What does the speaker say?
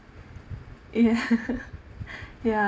ya ya